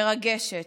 מרגשת,